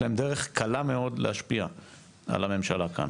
להם דרך קלה מאוד להשפיע על הממשלה כאן